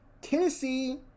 Tennessee